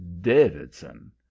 Davidson